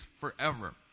forever